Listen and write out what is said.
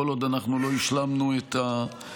כל עוד אנחנו לא השלמנו את העבודה